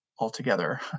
Altogether